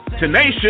tenacious